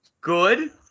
good